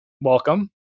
welcome